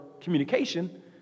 communication